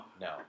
no